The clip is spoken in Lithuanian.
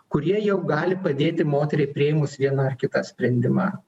kurie jau gali padėti moteriai priėmus vieną ar kitą sprendimą